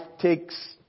takes